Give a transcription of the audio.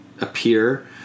appear